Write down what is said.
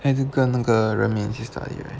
跟那个 ren min 一起 study right